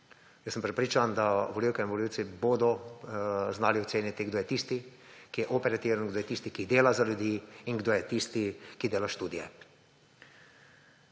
Jaz sem prepričan, da volivke in volivci bodo znali oceniti, kdo je tisti, ki je operativen, in kdo je tisti, ki dela za ljudi, in kdo je tisti, ki dela študije.